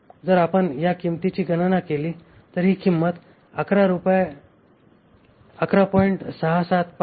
जर आपण या किंमतीची गणना केली तर ही किंमत 11